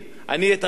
אני אמרתי.